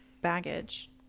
baggage